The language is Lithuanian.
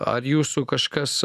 ar jūsų kažkas